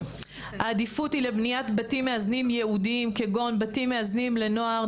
העדיפות היא לבניית בתים מאזנים ייעודיים כגון בתים מאזנים לנוער,